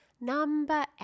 Number